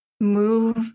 move